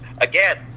Again